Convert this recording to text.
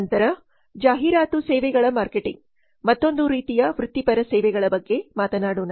ನಂತರ ಜಾಹೀರಾತು ಸೇವೆಗಳ ಮಾರ್ಕೆಟಿಂಗ್ ಮತ್ತೊಂದು ರೀತಿಯ ವೃತ್ತಿಪರ ಸೇವೆಗಳ ಬಗ್ಗೆ ಮಾತನಾಡೋಣ